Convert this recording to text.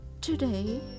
today